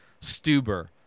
Stuber